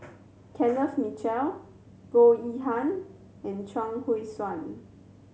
Kenneth Mitchell Goh Yihan and Chuang Hui Tsuan